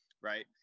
right